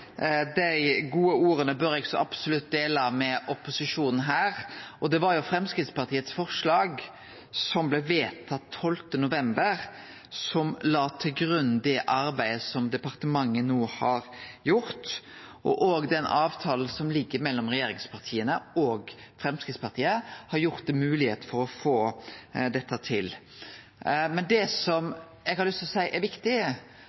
Dei gode orda bør eg så absolutt dele med opposisjonen her. Det var Framstegspartiets forslag som blei vedtatt 12. november, som ligg til grunn for det arbeidet som departementet no har gjort. Den avtalen som ligg mellom regjeringspartia og Framstegspartiet, har òg gjort det mogleg å få dette til. Men det eg har lyst til å seie er viktig,